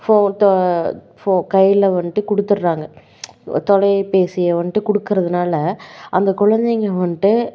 photo ஃபோ கையில் வந்துட்டு கொடுத்துர்றாங்க தொலைபேசியை வந்துட்டு கொடுக்கறதுனால அங்கே குழந்தைங்க வந்துட்டு